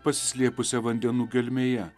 pasislėpusia vandenų gelmėje